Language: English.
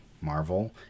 Marvel